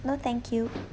no thank you